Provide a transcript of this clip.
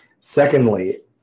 Secondly